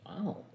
Wow